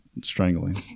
strangling